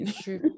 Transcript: True